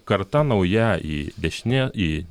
karta nauja į dešinė į